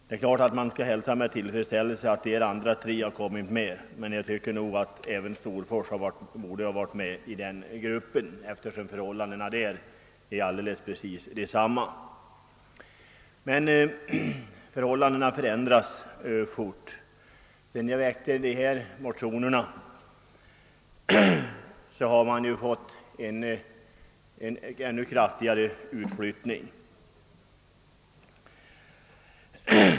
Jag noterar naturligtvis med tillfredsställelse att de andra tre kommit med, men jag tycker som sagt att även Storfors kommunblocksområde borde ha varit med, eftersom förhållandena där är precis desamma. Men förhållandena förändras fort. Sedan jag väckte dessa motioner har man fått en ännu kraftigare utflyttning.